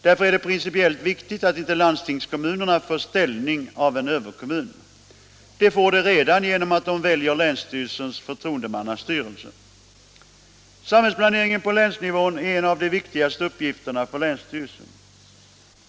Därför är det principiellt viktigt att inte landstingskommu nerna får ställning av en överkommun. Det får de redan genom att de väljer länsstyrelsens förtroendemannastyrelse. Samhällsplaneringen på länsnivån är en av de viktigaste uppgifterna för länsstyrelserna.